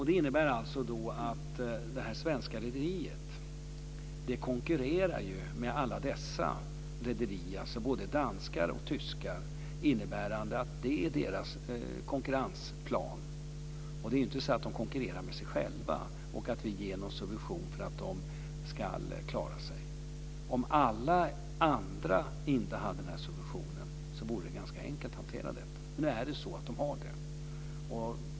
Det betyder alltså att det svenska rederiet konkurrerar med alla dessa rederier, både danska och tyska, innebärande att det är deras konkurrensplan. Det är inte så att de konkurrerar med sig själva och att vi ger någon subvention för att man ska klara sig. Om inte alla andra hade den här subventionen vore det ganska enkelt att hantera detta. Men nu är det så att de har den.